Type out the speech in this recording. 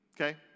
Okay